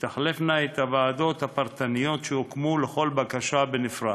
ותחלפנה את הוועדות הפרטניות שהוקמו לכל בקשה בנפרד.